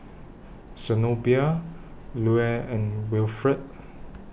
Zenobia Lue and Wilfred